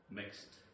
mixed